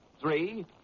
Three